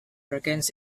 perkins